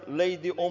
lady